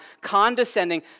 condescending